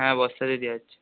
হ্যাঁ বস্তাতেই দেওয়া হচ্ছে